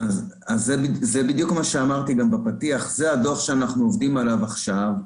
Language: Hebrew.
אז זה בדיוק מה שאמרתי גם בפתיח: זה הדוח שאנחנו עובדים עליו עכשיו,